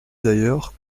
d’ailleurs